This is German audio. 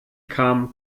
kam